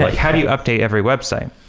like how do you update every website?